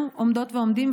אנחנו עומדות ועומדים,